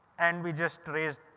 and we just raised,